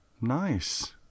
nice